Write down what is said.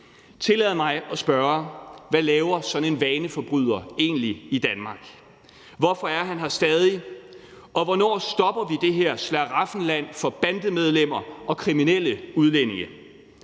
Tillad mig at spørge: Hvad laver sådan en vaneforbryder egentlig i Danmark? Hvorfor er han her stadig? Og hvornår stopper vi det her slaraffenland for bandemedlemmer og kriminelle udlændinge?